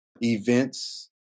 events